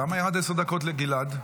למה ירדו עשר דקות לגלעד?